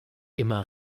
immer